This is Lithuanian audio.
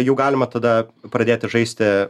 jau galima tada pradėti žaisti